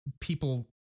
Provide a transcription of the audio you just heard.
people